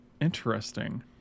Interesting